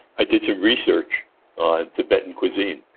i did some research on tibetan cuisine,